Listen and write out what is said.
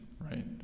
Right